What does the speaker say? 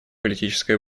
политической